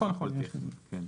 נכון, נכון.